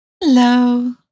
Hello